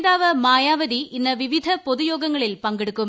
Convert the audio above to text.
നേതാവ് മായാവതി ഇന്ന് വിവിധ പൊതുയോഗങ്ങളിൽ പങ്കെടുക്കും